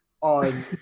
on